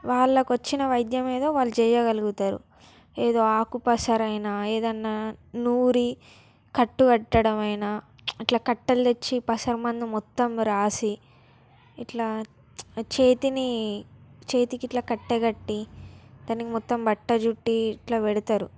వాళ్ళకి వచ్చిన వైద్యం ఏదో వాళ్ళు చెయ్యకలుగుతారు ఏదో ఆకుపసరైనా ఏదన్నా నూరి కట్టు కట్టడమైనా అట్లా కట్టలు తెచ్చి పసరమందు మొత్తం రాసి ఇట్లా చేతిని చేతికి ఇట్లా కట్టెకట్టి దానికి మొత్తం బట్ట చుట్టి ఇట్ల పెడతారు